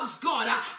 God